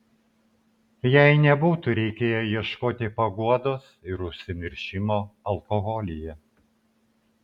jai nebūtų reikėję ieškoti paguodos ir užsimiršimo alkoholyje